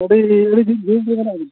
ᱟᱹᱰᱤ ᱟᱹᱰᱤ ᱡᱷᱟᱹᱞ ᱨᱮᱜᱮ ᱢᱮᱱᱟᱜ ᱵᱤᱱᱟ